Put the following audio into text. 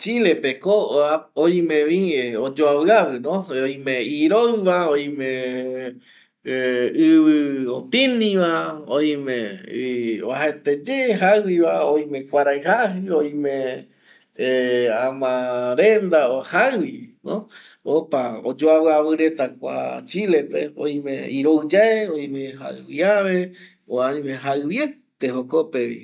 Chile pe ko oime vi oyuaviavi oime iroi va oime ˂hesitation˃ ivi otini va oime uajaete ye jaivi va oime kuarai jaji oime ˂hesitation˃ amarenda opa oyuaviavi kua Chile pe oime iroi yae oime jaiviave oime jaiviete jokope vi